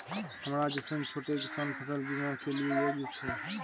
हमरा जैसन छोट किसान फसल बीमा के लिए योग्य छै?